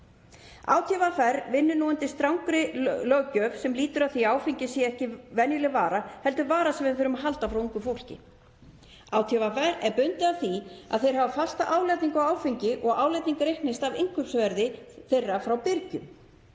ÁTVR vinnur nú undir strangri löggjöf sem lýtur að því að áfengi sé ekki venjuleg vara heldur vara sem við þurfum að halda frá ungu fólki. ÁTVR er bundið af því að þeir hafi fasta álagningu á áfengi og álagning reiknist af innkaupsverði þeirra frá birgjum.